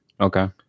Okay